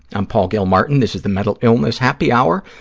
i'm paul gilmartin. this is the mental illness happy hour,